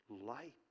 light